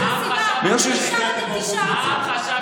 העם חשב אחרת.